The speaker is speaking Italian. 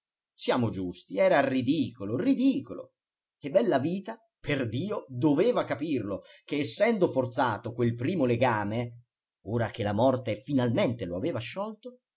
siamo giusti era ridicolo ridicolo e bellavita perdio doveva capirlo che essendo forzato quel primo legame ora che la morte finalmente lo aveva sciolto